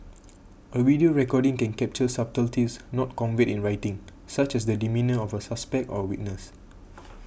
a video recording can capture subtleties not conveyed in writing such as the demeanour of a suspect or witness